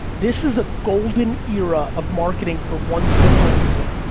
this is a golden era of marketing for one simple reason.